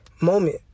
moment